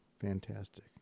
fantastic